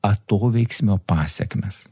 atoveiksmio pasekmes